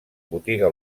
botiga